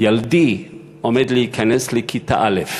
ילדי עומד להיכנס לכיתה א',